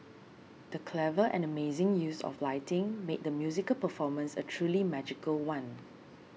the clever and amazing use of lighting made the musical performance a truly magical one